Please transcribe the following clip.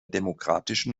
demokratischen